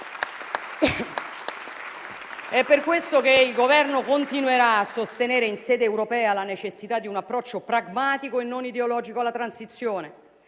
È per questo che il Governo continuerà a sostenere in sede europea la necessità di un approccio pragmatico e non ideologico alla transizione,